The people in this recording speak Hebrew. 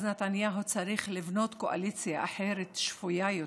אז נתניהו צריך לבנות קואליציה אחרת, שפויה יותר,